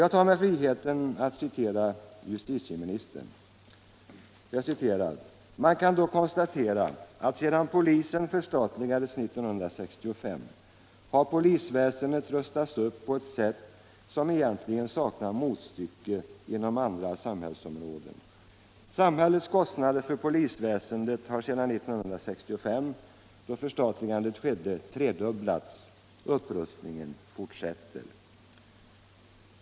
Jag tar mig friheten att citera justitieministern: ”Man kan då konstatera att sedan polisen förstatligades 1965 har polisväsendet rustats upp på ett sätt som egentligen saknar motstycke inom andra samhällsområden. Samhällets kostnader för polisväsendet har sedan 1965 då förstatligandet skedde tredubblats. Upprustningen fortsätter.